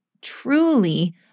truly